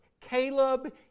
Caleb